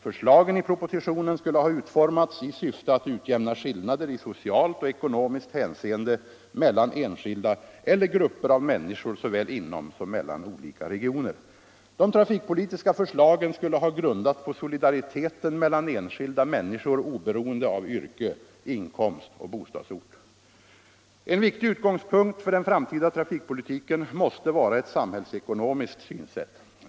Förslagen i propositionen skulle ha utformats i syfte att utjämna skillnader i socialt och ekonomiskt hänseende mellan enskilda eller grupper av människor såväl inom som metllan olika regioner. De trafikpolitiska förslagen skulle ha grundats på solidariteten mellan enskilda människor, oberoende av yrke, inkomst och bostadsort. En viktig utgångspunkt för den framtida trafikpolitiken måste vara ett sumhällsekonomiskt synsätt.